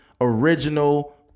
original